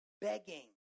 begging